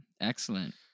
Excellent